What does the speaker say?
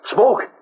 Smoke